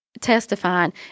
testifying